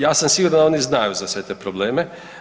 Ja sam siguran da oni znaju za sve te probleme.